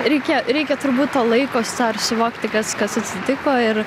reikia reikia turbūt to laiko ar suvokti kas kas atsitiko ir